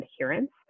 adherence